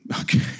okay